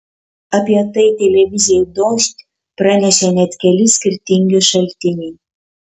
apie tai televizijai dožd pranešė net keli skirtingi šaltiniai